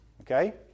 Okay